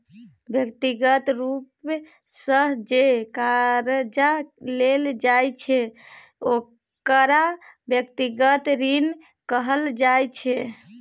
व्यक्तिगत रूप सँ जे करजा लेल जाइ छै ओकरा व्यक्तिगत ऋण कहल जाइ छै